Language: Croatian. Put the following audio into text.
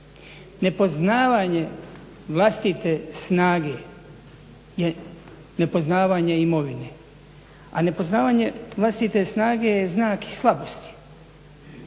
Nepoznavanje vlastite snage je nepoznavanje imovine. A nepoznavanje vlastite snage je i znak slabosti.